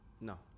No